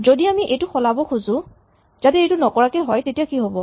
যদি আমি এইটো সলাব খোজো যাতে এইটো নকৰাকে হয় তেতিয়া কি হ'ব